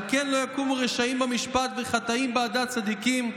על כן לא יקֻמו רשעים במשפט וחטאים בעדת צדיקים.